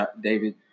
David